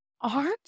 arms